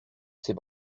ses